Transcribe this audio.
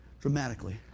dramatically